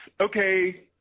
Okay